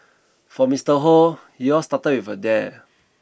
for Mister Hoe it all started a dare